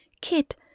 Kit